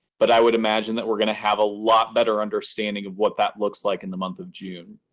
but i would imagine that we're going to have a lot better understanding of what that looks like in the month of june.